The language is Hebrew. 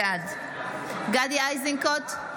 בעד גדי איזנקוט,